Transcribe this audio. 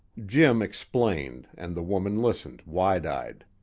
jim explained, and the woman listened, wide-eyed.